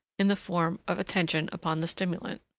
in the form of attention upon the stimulant.